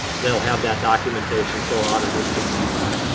they'll have that documentation so our auditors can view that.